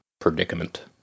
predicament